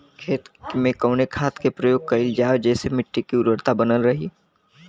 खेत में कवने खाद्य के प्रयोग कइल जाव जेसे मिट्टी के उर्वरता बनल रहे?